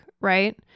right